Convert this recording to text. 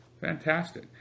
Fantastic